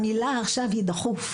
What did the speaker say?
המילה, עכשיו, היא: "דחוף".